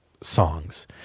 songs